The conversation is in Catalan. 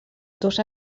dos